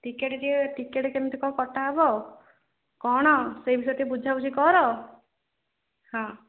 ticket ଟିକେ ticket କେମିତି କ'ଣ କଟା ହେବ କ'ଣ ସେଇ ବିଷୟରେ ବୁଝାବୁଝି କର ହଁ